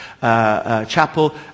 Chapel